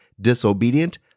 disobedient